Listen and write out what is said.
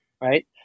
right